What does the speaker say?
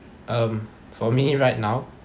um for me right now